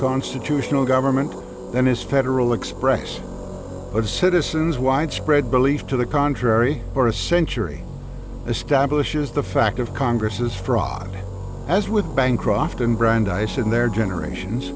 constitutional government than is federal express a citizen's widespread belief to the contrary for a century establishes the fact of congress's fraud as with bancroft and brandeis and their generations